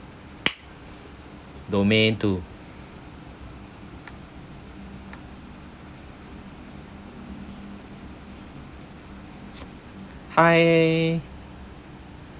domain two hi